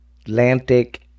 Atlantic